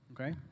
Okay